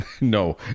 no